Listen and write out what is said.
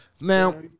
Now